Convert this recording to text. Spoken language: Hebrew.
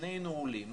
שנינו עולים,